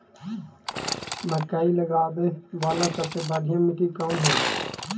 मकई लगावेला सबसे बढ़िया मिट्टी कौन हैइ?